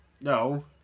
No